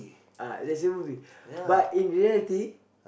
uh that's the movie but in reality